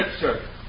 sir